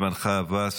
זמנך עבר.